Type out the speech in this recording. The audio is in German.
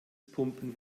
pumpen